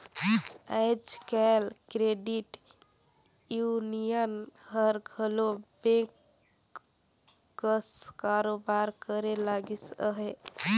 आएज काएल credit union हर घलो बेंक कस कारोबार करे लगिस अहे